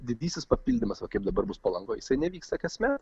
didysis papildymas va kaip dabar bus palangoje seniai vyksta kasmet